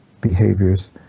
behaviors